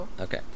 Okay